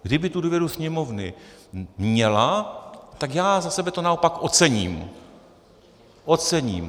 Kdyby tu důvěru sněmovny měla, tak já za sebe to naopak ocením.